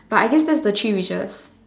but I guess that's the three wishes